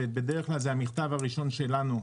ובדרך כלל זה המכתב הראשון שלנו.